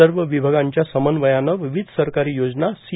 सर्व विभागांच्या समन्वयानं विविध सरकारी योजना सी